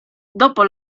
dopo